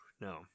No